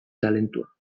talentua